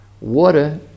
Water